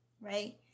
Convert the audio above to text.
right